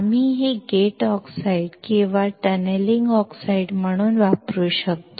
आम्ही हे gate oxide किंवा टनेलिंग ऑक्साइड म्हणून वापरू शकतो